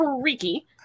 freaky